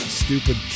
stupid